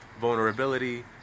vulnerability